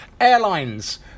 Airlines